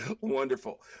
Wonderful